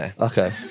Okay